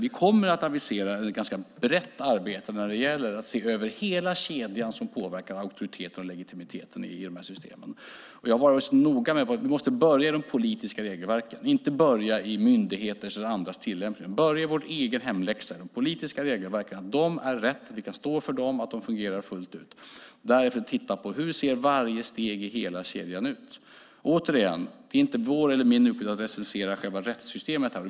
Vi kommer att avisera ett ganska brett arbete när det gäller att se över hela kedjan som påverkar auktoriteten och legitimiteten i systemen. Jag har varit noga med att vi måste börja i de politiska regelverken. Vi ska inte börja i myndigheters eller andras tillämpning. Vi ska börja med vår egen hemläxa, nämligen de politiska regelverken. Vi ska se till att de är rätt och att vi kan stå för dem och att de fungerar fullt ut. Därefter ska vi titta på hur varje steg i kedjan ser ut. Det är inte min uppgift att recensera rättssystemet.